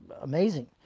amazing